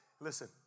Listen